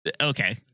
Okay